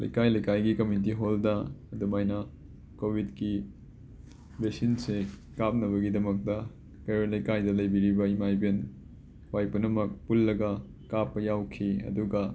ꯂꯩꯀꯥꯏ ꯂꯩꯀꯥꯏꯒꯤ ꯀꯃ꯭ꯌꯨꯅꯤꯇꯤ ꯍꯣꯜꯗ ꯑꯗꯨꯃꯥꯏꯅ ꯀꯣꯕꯤꯗꯀꯤ ꯕꯦꯛꯁꯤꯟꯁꯦ ꯀꯥꯞꯅꯕꯒꯤꯗꯃꯛꯇ ꯀꯩꯔꯣꯏ ꯂꯩꯀꯥꯏꯗ ꯂꯩꯕꯤꯔꯤꯕ ꯏꯃꯥ ꯏꯕꯦꯟ ꯈ꯭ꯋꯥꯏ ꯄꯨꯟꯅꯃꯛ ꯄꯨꯜꯂꯒ ꯀꯥꯞꯄ ꯌꯥꯎꯈꯤ ꯑꯗꯨꯒ